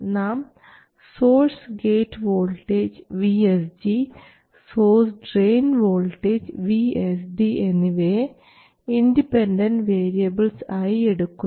നാം source gate voltage VSG source drain voltage VSD എന്നിവയെ independent variables ആയി എടുക്കുന്നു